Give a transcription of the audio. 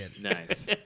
Nice